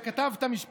אתה כתבת משפט: